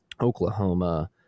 Oklahoma